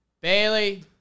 Bailey